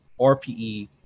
RPE